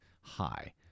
high